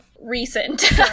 recent